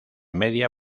media